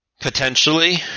Potentially